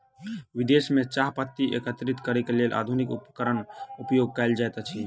विदेश में चाह पत्ती एकत्रित करैक लेल आधुनिक उपकरणक उपयोग कयल जाइत अछि